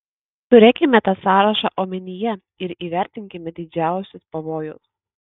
turėkime tą sąrašą omenyje ir įvertinkime didžiausius pavojus